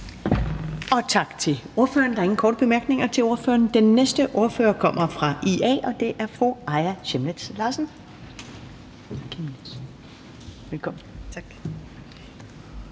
Tak til ordføreren. Der er ingen korte bemærkninger til ordføreren. Den næste ordfører kommer fra Det Radikale Venstre, og det er hr.